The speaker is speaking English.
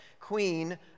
Queen